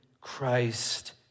Christ